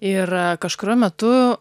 ir kažkuriuo metu